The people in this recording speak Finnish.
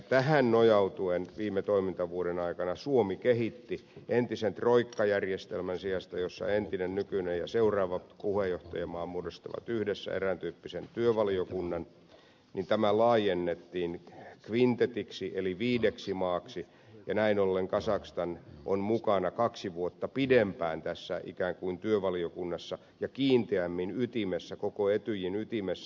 tähän nojautuen viime toimintavuoden aikana suomi kehitti entistä troikkajärjestelmää jossa entinen nykyinen ja seuraava puheenjohtajamaa muodostavat yhdessä erääntyyppisen työvaliokunnan niin että tämä laajennettiin kvintetiksi eli viideksi maaksi ja näin ollen kazakstan on mukana kaksi vuotta pidempään tässä ikään kuin työvaliokunnassa ja kiinteämmin ytimessä koko etyjin ytimessä